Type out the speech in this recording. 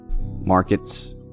markets